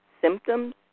symptoms